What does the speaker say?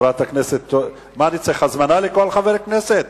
אני צריך הזמנה לכל חבר כנסת?